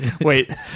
Wait